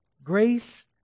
Grace